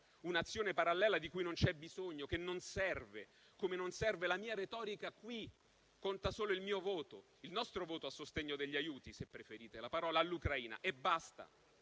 un'azione parallela di cui non c'è bisogno, che non serve, come non serve la mia retorica qui: conta solo il mio voto, il nostro voto a sostegno degli aiuti - se preferite la parola - all'Ucraina. E basta.